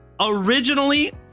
originally